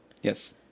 Yes